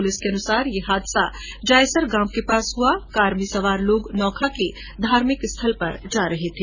police के अनुसार ये हादसा जायसर गांव के पास हुआ कार में सवार लोग नौखा के धार्मिक स्थल पर जा रहे थे